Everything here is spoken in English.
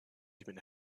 even